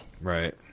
Right